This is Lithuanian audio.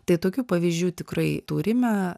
tai tokių pavyzdžių tikrai turime